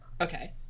Okay